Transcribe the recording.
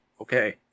Okay